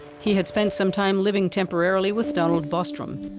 he had spent some time living temporarily with donald bostrom.